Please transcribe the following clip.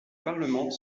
parlement